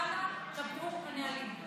אנא, כבדו את הנהלים.